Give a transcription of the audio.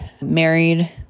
married